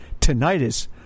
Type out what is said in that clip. tinnitus